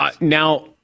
Now